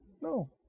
no